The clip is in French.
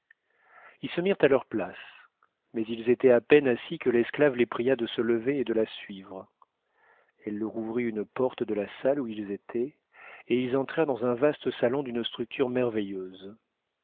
ils se mi t rcnt à leur place mais ils étaient à peine assis que l'esclave les pria de m ge lever et de la suivre elle leur ouvrit une porte de la salle où ils étaient et ils entrèrent dans un vaste salon d'une structure merveilleuse